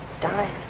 Dying